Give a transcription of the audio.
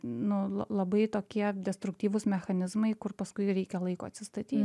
nu la labai tokie destruktyvūs mechanizmai kur paskui reikia laiko atsistatyt